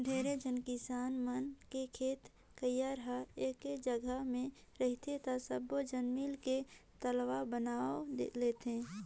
ढेरे झन किसान मन के खेत खायर हर एके जघा मे रहथे त सब्बो झन मिलके तलवा बनवा लेथें